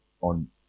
on